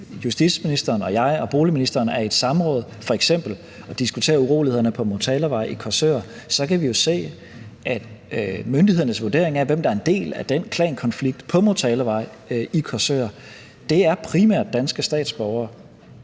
for få uger siden f.eks. er i et samråd for at diskutere urolighederne på Motalavej i Korsør, kan vi jo se, at myndighedernes vurdering af, hvem der er en del af den klankonflikt på Motalavej i Korsør, er, at det primært er danske statsborgere,